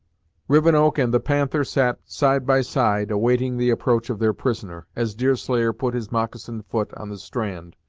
rivenoak and the panther sat side by side awaiting the approach of their prisoner, as deerslayer put his moccasined foot on the strand,